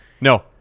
No